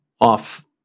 off